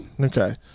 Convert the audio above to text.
Okay